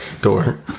door